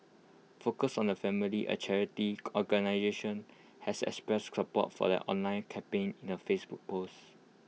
focus on the family A charity organisation has expressed support for the online campaign in A Facebook post